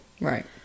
Right